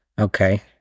Okay